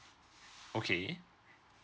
okay